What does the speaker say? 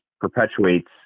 perpetuates